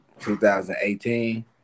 2018